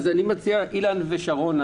אילן ושרונה,